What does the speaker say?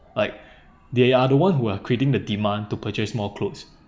like they are the one who are creating the demand to purchase more clothes